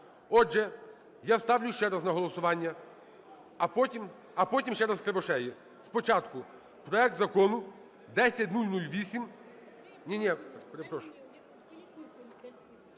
Отже, я ставлю ще раз на голосування, а потім ще раз Кривошеї. Спочатку проект Закону 10008…